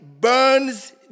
burns